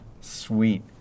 Sweet